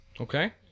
Okay